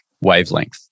wavelength